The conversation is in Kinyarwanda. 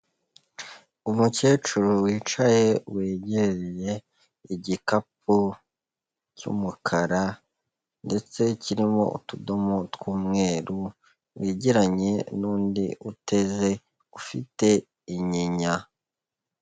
Umukecuru wicaye wegereye igikapu cy'umukara ndetse kirimo utudomo tw'umweru, wegeranye n'undi uteze ufite inyinya.